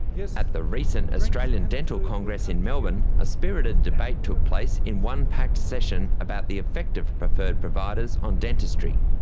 yeah at the recent australian dental congress in melbourne, a spirited debate took place in one packed session about the effect of preferred providers on dentistry.